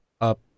up